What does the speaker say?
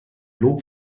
lob